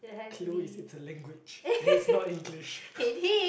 clue is it's a language and it's not English